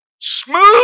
Smooth